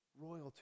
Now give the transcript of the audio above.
royalty